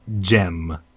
gem